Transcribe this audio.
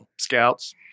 scouts